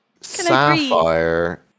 Sapphire